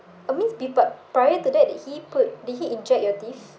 amidst be p~ prior to that did he put did he inject your teeth